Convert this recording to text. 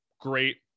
great